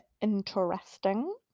interesting